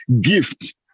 gift